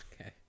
okay